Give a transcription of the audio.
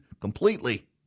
completely